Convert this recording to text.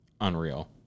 Unreal